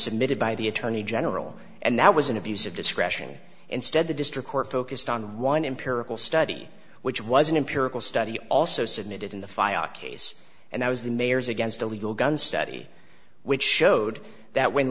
submitted by the attorney general and that was an abuse of discretion instead the district court focused on one empirical study which was an empirical study also submitted in the case and that was the mayors against illegal guns study which showed that when